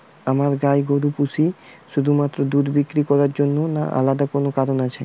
আমরা গাই গরু পুষি শুধুমাত্র দুধ বিক্রি করার জন্য না আলাদা কোনো কারণ আছে?